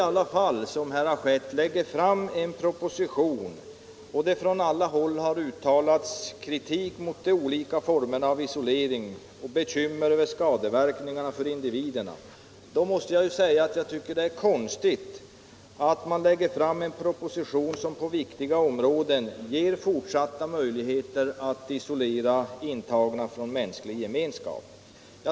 Det har från olika håll uttalats kritik mot de olika formerna av isolering och bekymmer över skadeverkningarna på individerna. Då tycker jag att det är konstigt att man lägger fram en proposition som på viktiga områden ger fortsatta möjligheter att isolera intagna från mänsklig gemenskap.